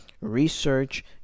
Research